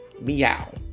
Meow